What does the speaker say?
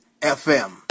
FM